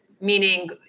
meaning